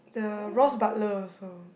the Ross-Butler also